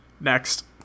Next